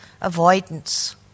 avoidance